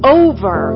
over